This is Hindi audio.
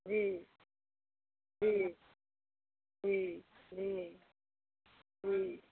जी जी जी जी जी